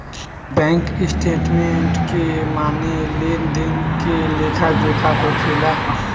bank statement के माने लेन देन के लेखा जोखा होखेला